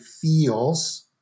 feels